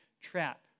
trap